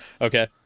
okay